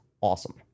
awesome